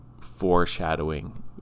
foreshadowing